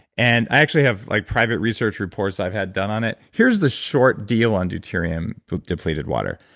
and i actually have like private research reports i've had done on it here's the short deal on deuterium depleted water.